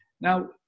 Now